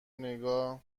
نگاه